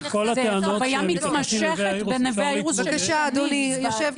זו חוויה מתמשכת בנווה אירוס שהיא חוויה זוועתית.